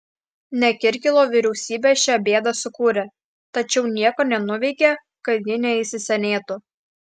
ne kirkilo vyriausybė šią bėdą sukūrė tačiau nieko nenuveikė kad ji neįsisenėtų